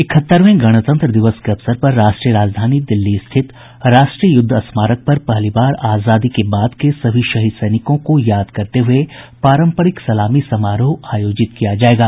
इकहत्तरवें गणतंत्र दिवस के अवसर पर राष्ट्रीय राजधानी दिल्ली स्थित राष्ट्रीय युद्ध स्मारक पर पहली बार आजादी के बाद के सभी शहीद सैनिकों को याद करते हुए पारंपरिक सलामी समारोह आयोजित किया जाएगा